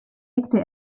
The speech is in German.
legte